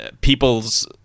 people's